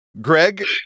Greg